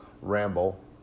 ramble